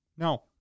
No